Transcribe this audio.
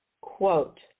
quote